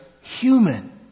human